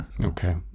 okay